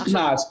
יש קנס.